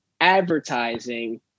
advertising